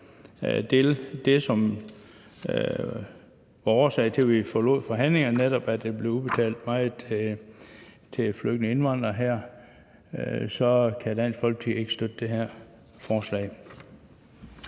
det, som var årsag til, at vi forlod forhandlingerne, altså netop at der blev udbetalt meget til flygtninge og indvandrere her, så kan Dansk Folkeparti ikke støtte det her forslag.